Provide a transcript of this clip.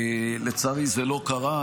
לצערי, זה לא קרה.